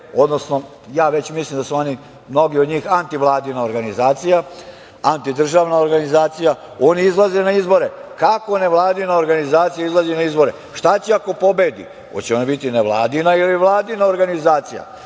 odnosno već mislim da su mnogi od njih antivladina organizacija, antidržavna organizacija. Oni izlaze na izbore. Kako nevladina organizacija izlazi na izbore? Šta će ako pobedi? Hoće biti nevladina ili Vladina organizacija?